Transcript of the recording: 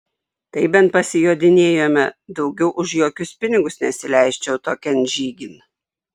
tai bent pasijodinėjome daugiau už jokius pinigus nesileisčiau tokian žygin